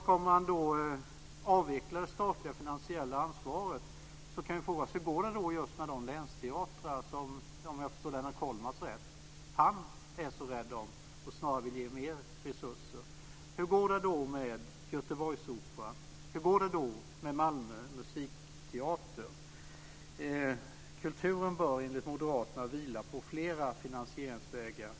Om man ska avveckla det statliga finansiella ansvaret kan man fråga sig hur det går med just de länsteatrar som Lennart Kollmats, om jag förstod honom rätt, är så rädd om och snarare vill ge mer resurser. Hur går det då med Göteborgsoperan? Hur går det då med Malmö musikteater? Kulturen bör enligt moderaterna vila på flera finansieringsvägar.